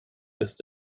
ist